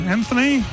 Anthony